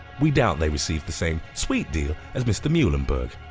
we doubt they received the same sweet deal as mr. muilenburg.